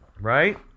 right